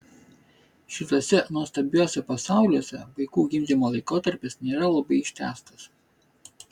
šituose nuostabiuose pasauliuose vaikų gimdymo laikotarpis nėra labai ištęstas